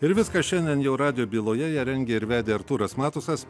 ir viskas šiandien jau radijo byloje ją rengė ir vedė artūras matusas